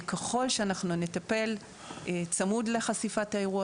וככל שאנחנו נטפל צמוד לחשיפת האירוע,